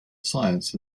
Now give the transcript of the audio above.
science